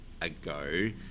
ago